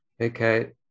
Okay